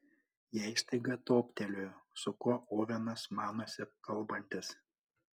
jai staiga toptelėjo su kuo ovenas manosi kalbantis